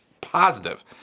positive